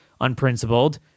unprincipled